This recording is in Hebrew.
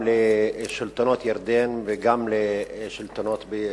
לשלטונות ירדן וגם לשלטונות בישראל.